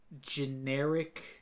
generic